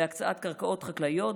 בהקצאת קרקעות חקלאיות,